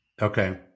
Okay